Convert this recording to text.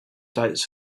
doubts